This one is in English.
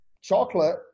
chocolate